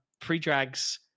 pre-drags